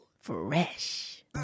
Fresh